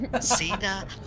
Cena